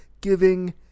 giving